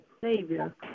Savior